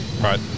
right